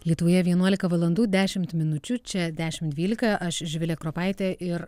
lietuvoje vienuolika valandų dešimt minučių čia dešimt dvylika aš živilė kropaitė ir